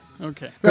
Okay